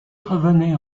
revenait